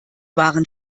waren